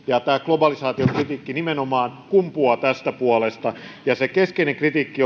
tämä globalisaation kritiikki nimenomaan kumpuaa tästä puolesta ja se keskeinen kritiikki